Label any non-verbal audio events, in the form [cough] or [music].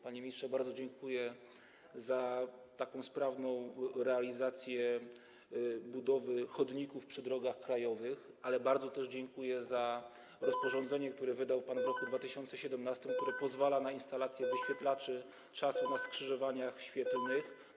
Panie ministrze, bardzo dziękuję za sprawną realizację budowy chodników przy drogach krajowych, ale bardzo dziękuję też za rozporządzenie, [noise] które wydał pan w roku 2017, które pozwala na instalację wyświetlaczy czasu na skrzyżowaniach świetlnych.